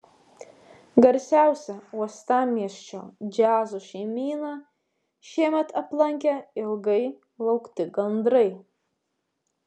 garsiausią uostamiesčio džiazo šeimyną šiemet aplankė ilgai laukti gandrai